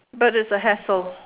but it's a hassle